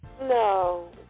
no